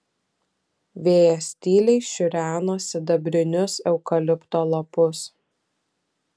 vėjas tyliai šiureno sidabrinius eukalipto lapus